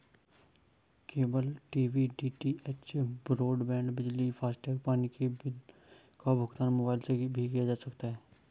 cable TV DTH, broadband, बिजली, FASTag, पानी के बिल का भुगतान मोबाइल से भी किया जा सकता है